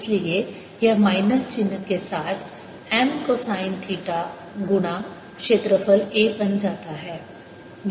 इसलिए यह माइनस चिह्न के साथ M कोसाइन थीटा गुणा क्षेत्रफल a बन जाता है